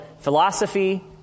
Philosophy